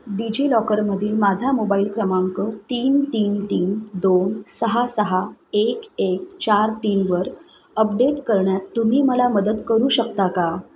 digi लॉकरमधील माझा mobile क्रमांक तीन तीन तीन दोन सहा सहा एक एक चार तीनवर अपडेट करण्यात तुम्ही मला मदत करू शकता का